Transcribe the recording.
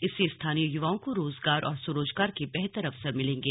इससे स्थानीय युवाओं को रोजगार और स्वरोजगार के बेहतर अवसर मिलेंगें